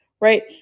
right